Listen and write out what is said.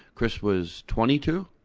chris was twenty-two.